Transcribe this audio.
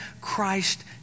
Christ